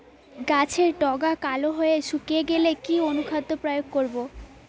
গাছের ডগা কালো হয়ে শুকিয়ে গেলে কি অনুখাদ্য প্রয়োগ করব?